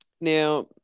Now